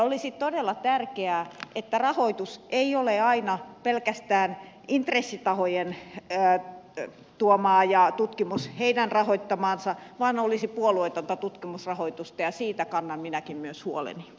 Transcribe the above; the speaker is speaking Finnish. olisi todella tärkeää että rahoitus ei ole aina pelkästään intressitahojen tuomaa ja tutkimus heidän rahoittamaansa vaan olisi puolueetonta tutkimusrahoitusta ja siitä kannan minäkin huolta